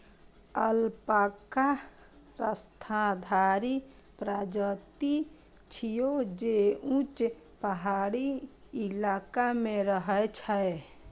alpaca स्तनधारी प्रजाति छियै, जे ऊंच पहाड़ी इलाका मे रहै छै